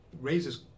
raises